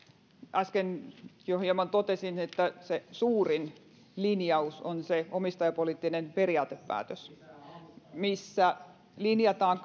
äsken jo hieman totesin että se suurin linjaus on se omistajapoliittinen periaatepäätös missä linjataan